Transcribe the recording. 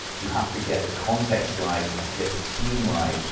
you have to get the context right. you have to get the team right.